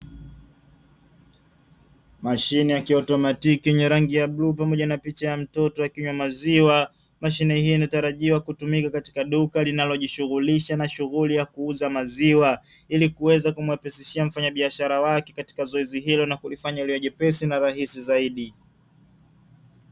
Mashine ya kiotomatiki yenye rangi ya bluu pamoja na picha ya mtoto akinywa maziwa, mashine hii inatarajiwa kutumika katika duka linalojishughulisha na shughuli ya kuuza maziwa ili kuweza kumuepesishia mfanyabiashara wake katika zoezi hilo na kulifanya liwe jepesi na raisi zaidi.